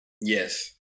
yes